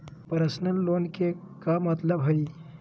Personal loan के का मतलब हई?